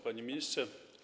Panie Ministrze!